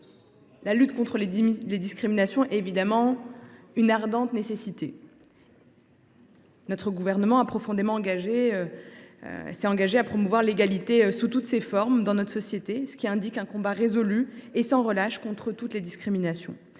la lutte contre les discriminations est bien évidemment une ardente nécessité. Notre gouvernement est profondément engagé à promouvoir l’égalité sous toutes ses formes dans la société, ce qui implique un combat résolu et sans relâche contre toute discrimination.